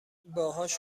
باهاش